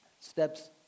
steps